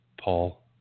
Paul